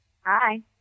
hi